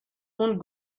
اون